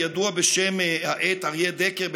הידוע בשם העט אריה דקר,